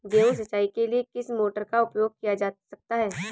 गेहूँ सिंचाई के लिए किस मोटर का उपयोग किया जा सकता है?